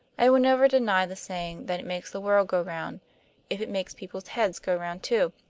i will never deny the saying that it makes the world go round, if it makes people's heads go round too.